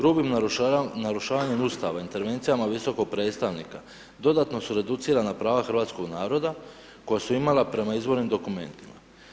Brojnim narušavanjem Ustava, intervencijama visokog predstavnika, dodatno su reducirana prava hrvatskog naroda, koja su imala prema izvornim dokumentima.